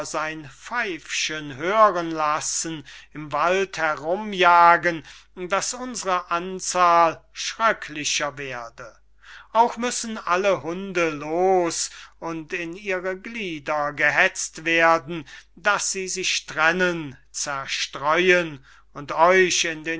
sein pfeifchen hören lassen im wald herumjagen daß unsere anzahl schröcklicher werde auch müssen alle hunde los und in ihre glieder gehetzt werden daß sie sich trennen zerstreuen und euch in